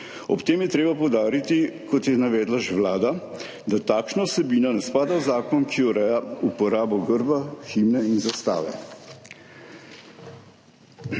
Ob tem je treba poudariti, kot je navedla že Vlada, da takšna vsebina ne spada v zakon, ki ureja uporabo grba, himne in zastave.